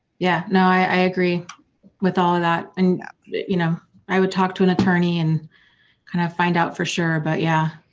yeah. no, i agree with all that and you know i would talk to an attorney and kind of find out for sure, but yeah.